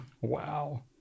Wow